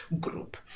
group